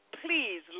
please